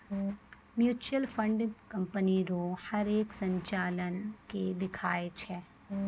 mutual fund company रो हरेक संचालन के दिखाय छै